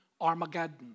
Armageddon